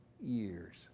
years